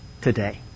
today